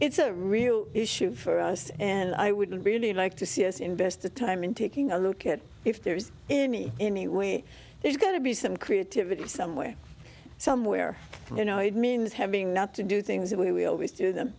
it's a real issue for us and i wouldn't really like to see is invest the time in taking a look at if there's any any way there's got to be some creativity some way somewhere you know it means having not to do things the way we always do them